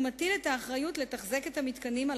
ומטיל את האחריות לתחזק את המתקנים על